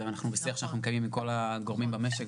ואנחנו בשיח שאנחנו מקיימים עם כל הגורמים במשק.